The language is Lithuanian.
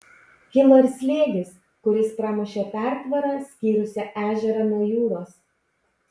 kilo ir slėgis kuris pramušė pertvarą skyrusią ežerą nuo jūros